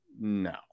No